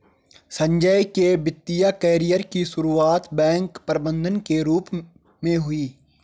संजय के वित्तिय कैरियर की सुरुआत बैंक प्रबंधक के रूप में हुई